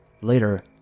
Later